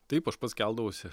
taip aš pats keldavausi